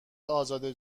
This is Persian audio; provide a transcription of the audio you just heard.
ازاده